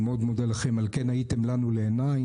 אני מאוד מודה לכם, על כן הייתם לנו לעיניים.